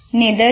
निदर्शन